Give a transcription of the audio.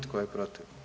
Tko je protiv?